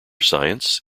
science